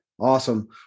Awesome